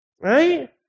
Right